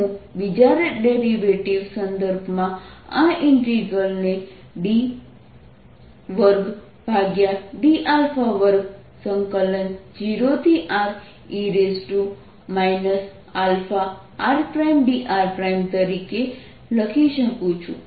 હું બીજા ડેરિવેટિવ સંદર્ભમાં આ ઇન્ટિગ્રલ ને d2d20re αrdr તરીકે લખી શકું છું